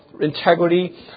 integrity